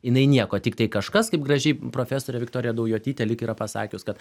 jinai nieko tiktai kažkas kaip gražiai profesorė viktorija daujotytė lyg yra pasakius kad